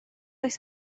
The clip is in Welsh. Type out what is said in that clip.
oes